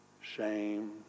shame